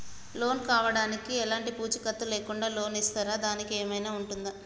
Loan కావడానికి ఎలాంటి పూచీకత్తు లేకుండా లోన్ ఇస్తారా దానికి ఏమైనా ఉంటుందా?